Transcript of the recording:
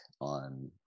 on